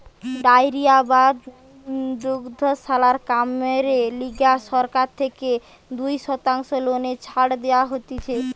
dairy বা দুগ্ধশালার কামেরে লিগে সরকার থেকে দুই শতাংশ লোনে ছাড় দেওয়া হতিছে